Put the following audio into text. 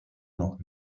noch